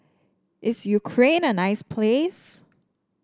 is Ukraine a nice place